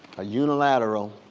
a unilateral